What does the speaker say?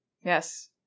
Yes